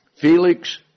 Felix